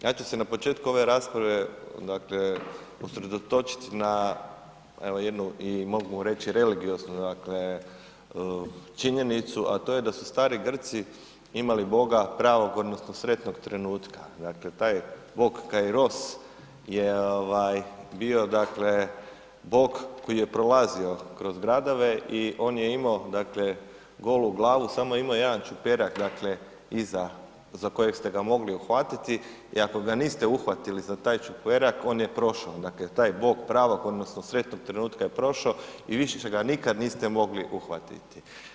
Ja ću se na početku ove rasprave dakle usredotočiti na evo jednu i mogu vam reći religioznu dakle činjenicu, a to je da su stari Grci imali boga pravog odnosno sretnog trenutka, dakle taj bog Kairos je ovaj bio dakle bog koji je prolazio kroz gradove i on je imao dakle golu glavu, samo je imao jedan čuperak dakle iza za kojeg ste ga mogli uhvatiti i ako ga niste uhvatili za taj čuperak on je prošao dakle taj bog pravog odnosno sretnog trenutka je prošao i više ga nikada niste mogli uhvatiti.